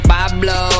Pablo